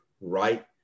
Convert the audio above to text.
right